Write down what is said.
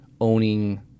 owning